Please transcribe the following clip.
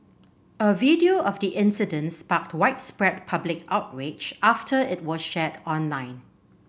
a video of the incident sparked widespread public outrage after it was shared online